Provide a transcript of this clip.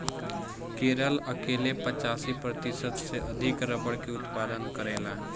केरल अकेले पचासी प्रतिशत से अधिक रबड़ के उत्पादन करेला